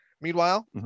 Meanwhile